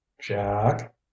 jack